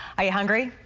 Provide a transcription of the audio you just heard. ah yeah hungry.